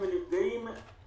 מחלה ונכות.